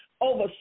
over